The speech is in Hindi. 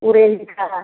उरेही का